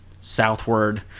southward